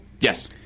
Yes